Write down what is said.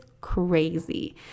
crazy